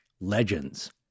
legends